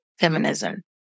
feminism